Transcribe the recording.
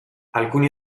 alcuni